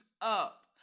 up